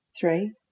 three